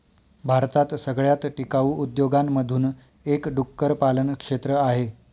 भारतात सगळ्यात टिकाऊ उद्योगांमधून एक डुक्कर पालन क्षेत्र आहे